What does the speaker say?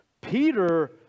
Peter